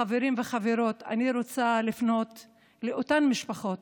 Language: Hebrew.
חברים וחברות, אני רוצה לפנות לאותן משפחות